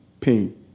Pain